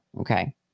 Okay